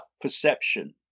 perception